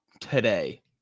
today